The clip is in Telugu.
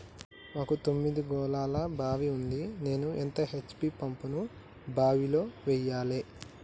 మాకు తొమ్మిది గోళాల బావి ఉంది నేను ఎంత హెచ్.పి పంపును బావిలో వెయ్యాలే?